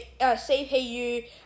CPU